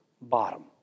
bottom